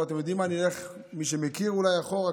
אתם יודעים מה, נלך אחורה, מי שמכיר את האסימון,